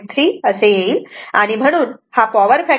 3 असे येईल आणि म्हणून हा पॉवर फॅक्टर अँगल 42